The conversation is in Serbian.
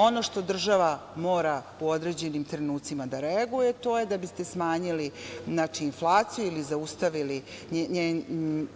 Ono što država mora u određenim trenucima, to je da biste smanjili inflaciji ili zaustavili